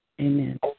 amen